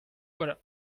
voilà